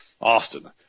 Austin